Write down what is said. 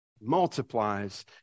Multiplies